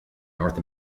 north